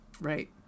Right